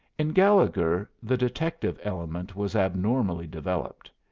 in gallegher the detective element was abnormally developed.